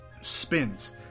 spins